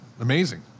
amazing